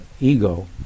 ego